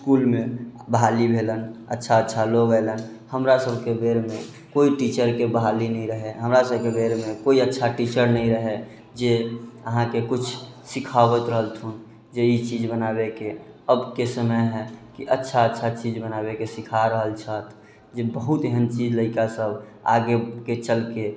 इसकुलमे बहाली भेलन अच्छा अच्छा लोग अयलनि हमरा सबके बेरमे कोइ टीचरके बहाली नहि रहै हमरा सबके बेरमे कोइ अच्छा टीचर नहि रहै जे अहाँके कुछ सीखबैत रहथुन जे इ चीज बनाबैके अबके समय है कि अच्छा अच्छा चीज बनाबैके सीखा रहल छथि जे बहुत एहन चीज लड़िका सब आगेके चलके